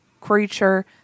creature